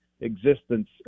existence